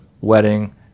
wedding